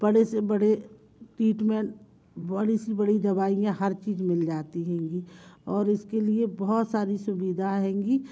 बड़े से बड़े टीटमेंट बड़ी सी बड़ी दवाइयाँ हर चीज़ मिल जाती हेंगी और उसके लिए बहुत सारी सुविधा हेंगी